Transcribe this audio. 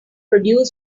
produced